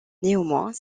néanmoins